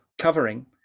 covering